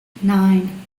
nine